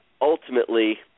ultimately